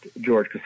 George